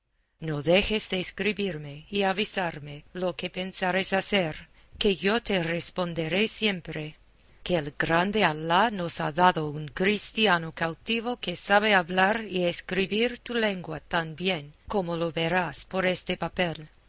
no dejes de escribirme y avisarme lo que pensares hacer que yo te responderé siempre que el grande alá nos ha dado un cristiano cautivo que sabe hablar y escribir tu lengua tan bien como lo verás por este papel